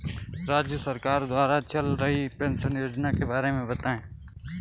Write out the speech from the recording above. राज्य सरकार द्वारा चल रही पेंशन योजना के बारे में बताएँ?